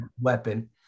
weapon